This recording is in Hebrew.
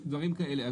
דברים כאלה.